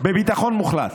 בביטחון מוחלט,